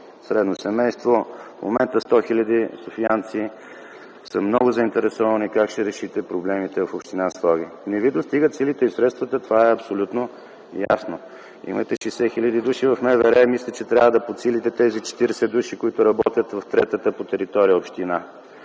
средно семейство, в момента 100 хил. софиянци са много заинтересовани как ще решите проблемите в община Своге. Не ви достигат силите и средствата – това е абсолютно ясно! Имате 60 хил. души в МВР. Мисля, че трябва да подсилите тези 40 души, които работят в третата по територия община